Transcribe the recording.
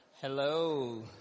Hello